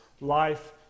life